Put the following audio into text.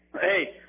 Hey